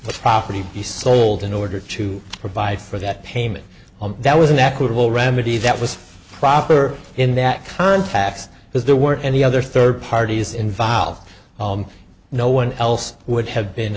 have property be sold in order to provide for that payment that was an equitable remedy that was proper in that context because there weren't any other third parties involved no one else would have been